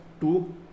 two